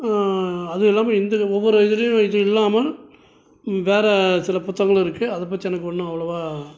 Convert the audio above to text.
அதுவும் இல்லாமல் இந்தியா ஒவ்வொரு இதிலையும் இது இல்லாமல் வேறு சில புத்தகங்களும் இருக்குது அது பற்றி எனக்கு ஒன்றும் அவ்ளோவாக